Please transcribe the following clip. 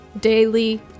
daily